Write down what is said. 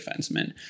defenseman